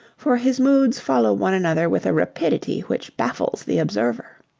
for his moods follow one another with a rapidity which baffles the observer.